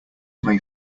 may